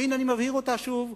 והנה אני מבהיר אותה שוב,